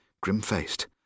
grim-faced